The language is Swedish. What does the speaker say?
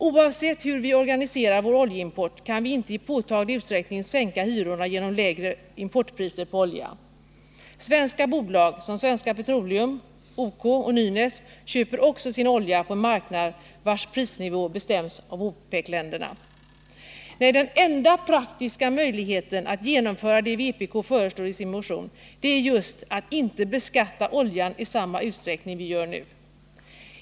Oavsett hur vi organiserar vår oljeimport kan vi inte i påtaglig utsträckning sänka hyrorna genom lägre importpriser på olja. Svenska bolag som Svenska Petroleum, OK och Nynäs köper också sin olja på en marknad, vars prisnivå bestäms av OPEC-länderna. Nej, den enda praktiska möjligheten att genomföra det som vpk föreslår i sin motion, det är just att inte beskatta oljan i samma utsträckning som vi gör nu.